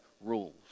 rules